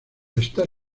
estar